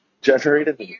generated